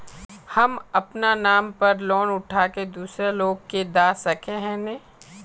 हम अपना नाम पर लोन उठा के दूसरा लोग के दा सके है ने